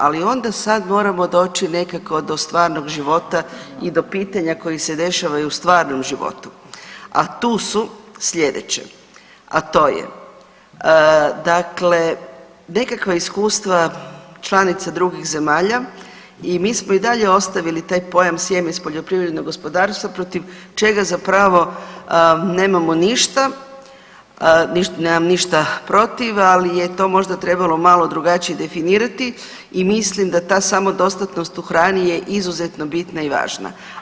Ali onda sad moramo doći nekako do stvarnog života i do pitanja koja se dešavaju u stvarnom životu, a tu su slijedeće, a to je dakle, nekakva iskustva članica drugih zemalja i mi smo i dalje ostavili taj pojam sjeme s poljoprivrednog gospodarstva protiv čega zapravo nemamo ništa, nemam ništa protiv, ali je to možda trebalo malo drugačije definirati i mislim da ta samodostatnost u hrani je izuzetno bitna i važna.